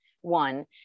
one